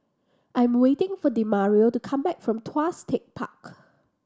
I'm waiting for Demario to come back from Tuas Tech Park